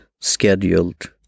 scheduled